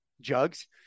jugs